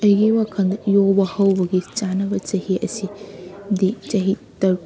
ꯑꯩꯒꯤ ꯋꯥꯈꯜꯗ ꯌꯣꯒꯥ ꯍꯧꯕꯒꯤ ꯆꯥꯅꯕ ꯆꯍꯤ ꯑꯁꯤ ꯗꯤ ꯆꯍꯤ ꯇꯔꯨꯛ